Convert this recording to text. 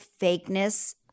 fakeness